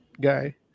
guy